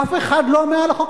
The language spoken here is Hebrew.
אף אחד לא מעל החוק.